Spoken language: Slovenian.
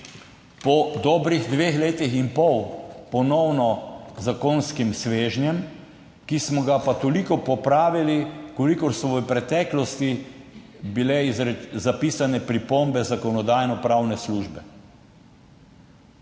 po dobrih dveh letih in pol ponovno z zakonskim svežnjem, ki smo ga pa toliko popravili, kolikor so bile v preteklosti zapisane pripombe Zakonodajno-pravne službe.